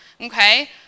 okay